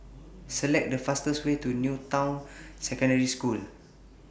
Select The fastest Way to New Town Secondary School